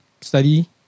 study